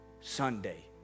Sunday